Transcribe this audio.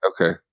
Okay